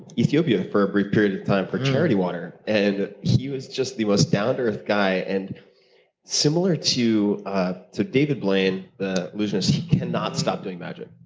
ethiopia for a brief period of time for charity water. hmm. and he was just the most down to earth guy, and similar to ah to david blaine, the illusionist, he cannot stop doing magic.